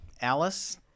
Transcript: Alice